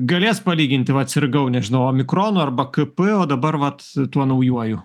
galės palyginti vat sirgau nežinau omikronu arba k p o dabar vat tuo naujuoju